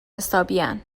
حسابین